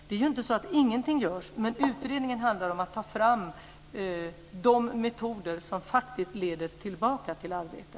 Det är inte så att ingenting görs, men utredningen görs för att ta fram de metoder som faktiskt leder tillbaka till arbete.